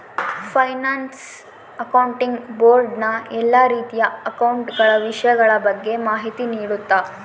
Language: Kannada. ಫೈನಾನ್ಸ್ ಆಕ್ಟೊಂಟಿಗ್ ಬೋರ್ಡ್ ನ ಎಲ್ಲಾ ರೀತಿಯ ಅಕೌಂಟ ಗಳ ವಿಷಯಗಳ ಬಗ್ಗೆ ಮಾಹಿತಿ ನೀಡುತ್ತ